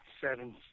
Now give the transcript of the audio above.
seven